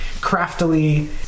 craftily